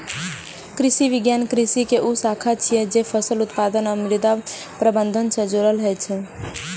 कृषि विज्ञान कृषि के ऊ शाखा छियै, जे फसल उत्पादन आ मृदा प्रबंधन सं जुड़ल होइ छै